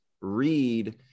read